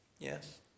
Yes